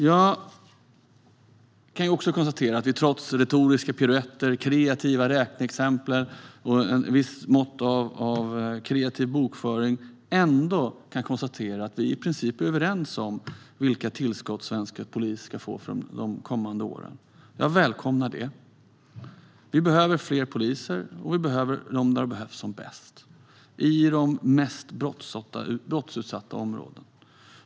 Jag kan också konstatera att vi trots retoriska piruetter, kreativa räkneexempel och ett visst mått av kreativ bokföring ändå är i princip överens om vilka tillskott svensk polis ska få de kommande åren. Jag välkomnar det. Vi behöver fler poliser, och de ska vara där de behövs som bäst: i de mest brottsutsatta områdena.